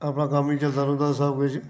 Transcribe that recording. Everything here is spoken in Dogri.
अपना कम्म चलदा रौंह्दा सब किश